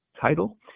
title